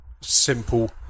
simple